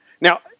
Now